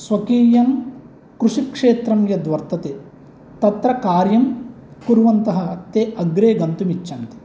स्वकीयं कृषिक्षेत्रं यत् वर्तते तत्र कार्यं कुर्वन्तः ते अग्रे गन्तुम् इच्छन्ति